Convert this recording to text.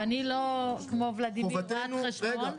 ואני לא כמו ולדימיר רואת חשבון,